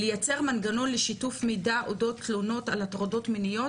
לייצר מנגנון לשיתוף מידע אודות תלונות על הטרדות מיניות